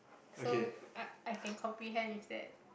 so I I can comprehend with that